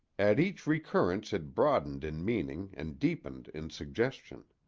at each recurrence it broadened in meaning and deepened in suggestion.